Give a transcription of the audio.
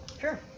Sure